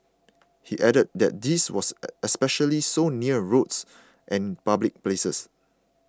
he added that this was especially so near roads and public places